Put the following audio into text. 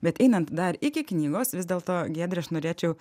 bet einant dar iki knygos vis dėlto giedre aš norėčiau